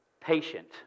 patient